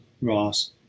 Ross